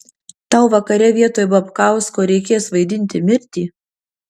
tau vakare vietoj babkausko reikės vaidinti mirtį